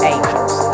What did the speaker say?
Angels